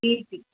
जी जी